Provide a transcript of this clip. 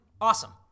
Awesome